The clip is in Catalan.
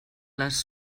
les